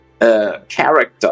character